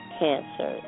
cancer